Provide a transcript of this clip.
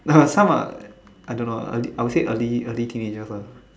no some are I don't know lah early I would say early early teenagers ah